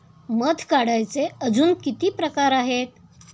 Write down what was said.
मध काढायचे अजून किती प्रकार आहेत?